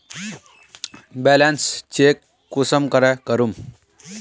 Balance check कुंसम करे करूम?